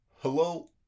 Hello